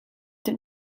did